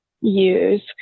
use